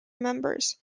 members